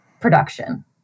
production